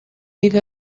vive